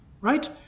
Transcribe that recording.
right